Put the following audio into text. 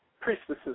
priestesses